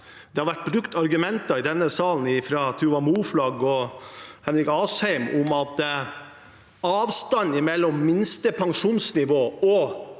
Det har vært brukt argumenter i denne salen fra Tuva Moflag og Henrik Asheim om at avstanden mellom minste pensjonsnivå og